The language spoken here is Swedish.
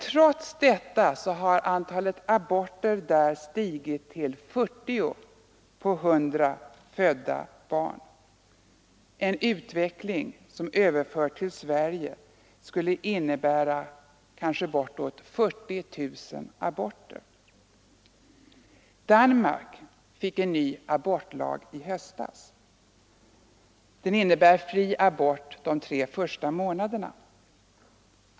Trots detta har antalet aborter där stigit till 40 på 100 födda barn — en utveckling som överförd till Sverige skulle innebära kanske bortåt 40 000 aborter. Danmark fick en ny abortlag i höstas. Den innebär fri abort de första tre veckorna.